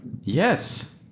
Yes